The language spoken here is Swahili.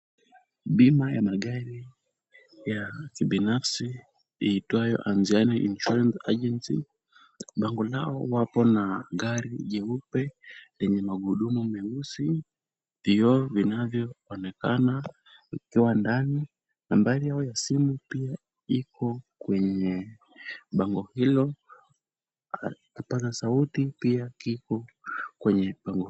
Bima ya magari ya kibinafsi iitwayo Anziano Insurance Agency . Lango lao wapo na gari jeupe yenye magurudumu meusi, vyoo vinavyoonekana vikiwa ndani, nambari yao ya simu iko kwenye bango hilo na kipaza sauti pia kiko kwenye bango hilo.